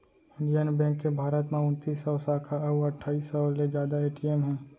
Indian bank के भारत म उनतीस सव साखा अउ अट्ठाईस सव ले जादा ए.टी.एम हे